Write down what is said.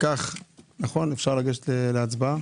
אפשר לגשת להצבעה.